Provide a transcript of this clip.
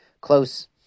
close